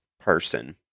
person